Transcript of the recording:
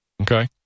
Okay